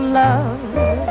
love